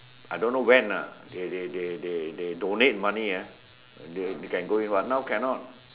I don't know when ah they they they donate money can go in ah now cannot